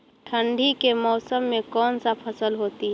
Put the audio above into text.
ठंडी के मौसम में कौन सा फसल होती है?